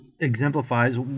exemplifies